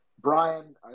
Brian